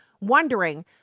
wondering